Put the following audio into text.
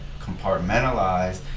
compartmentalize